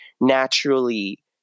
naturally